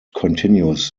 continues